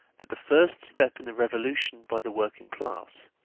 that the first step in the revolution by the working class,